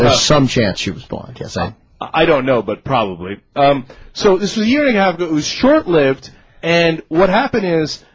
ah some chance you respond to yeah some i don't know but probably so this year and have those short lived and what happened is